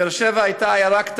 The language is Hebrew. באר שבע הייתה עיירה קטנה.